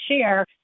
share